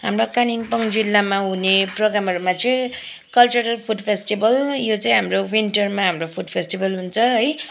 हाम्रो कालिम्पोङ जिल्लामा हुने प्रोग्रामहरूमा चाहिँ कल्चरल फुड फेस्टिभल यो चाहिँ हाम्रो विन्टरमा हाम्रो फुड फेस्टिभल हुन्छ है